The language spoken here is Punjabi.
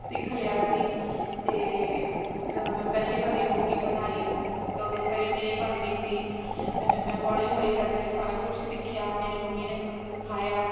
ਸਿੱਖ ਲਿਆ ਸੀ ਅਤੇ ਜਦੋਂ ਮੈਂ ਪਹਿਲੀ ਵਾਰੀ ਰੋਟੀ ਬਣਾਈ ਤਾਂ ਉਦੋਂ ਸਹੀ ਨਹੀਂ ਬਣਦੀ ਸੀ ਤਾਂ ਫਿਰ ਮੈਂ ਹੌਲ਼ੀ ਹੌਲ਼ੀ ਕਰਕੇ ਸਾਰਾ ਕੁਛ ਸਿੱਖਿਆ ਮੇਰੇ ਮੰਮੀ ਨੇ ਮੈਨੂੰ ਸਿਖਾਇਆ